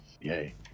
Yay